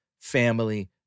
family